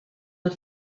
had